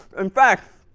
in fact,